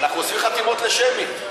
אנחנו אוספים חתימות לשמית.